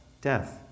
death